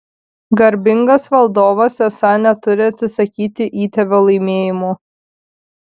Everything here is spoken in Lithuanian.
garbingas valdovas esą neturi atsisakyti įtėvio laimėjimų